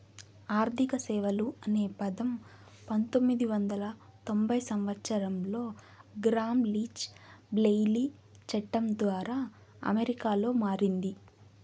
ఆర్థిక సేవలు అనే పదం పంతొమ్మిది వందల తొంభై సంవచ్చరంలో గ్రామ్ లీచ్ బ్లెయిలీ చట్టం ద్వారా అమెరికాలో మారింది